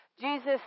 Jesus